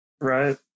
Right